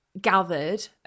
gathered